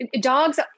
dogs